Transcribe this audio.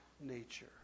nature